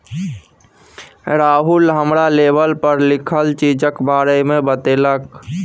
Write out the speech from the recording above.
राहुल हमरा लेवल पर लिखल चीजक बारे मे बतेलक